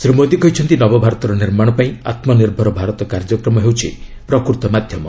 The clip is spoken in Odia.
ଶ୍ରୀ ମୋଦୀ କହିଛନ୍ତି ନବଭାରତର ନିର୍ମାଣ ପାଇଁ ଆତ୍ମନିର୍ଭର ଭାରତ କାର୍ଯ୍ୟକ୍ରମ ହେଉଛି ପ୍ରକୃତ ମାଧ୍ୟମ